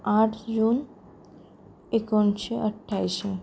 आठ जून एकुणशें अठ्ठ्यांयशीं